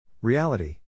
Reality